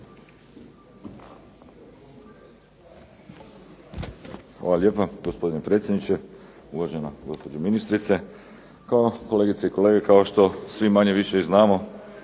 Hvala lijepo. Gospodine predsjedniče, uvažena gospođo ministrice, kolegice i kolege. Kao što svi manje više i znamo